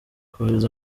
kohereza